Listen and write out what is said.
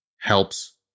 helps